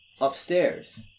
upstairs